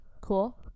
Cool